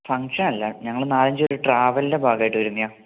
function അല്ല ഞങ്ങൾ നാലഞ്ച് പേർ ട്രാവൽന്റെ ഭാഗമായിട്ട് വരുന്നതാണ്